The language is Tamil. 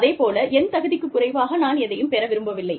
அதேபோல என் தகுதிக்குக் குறைவாக நான் எதையும் பெற விரும்பவில்லை